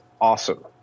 awesome